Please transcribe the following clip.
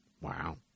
Wow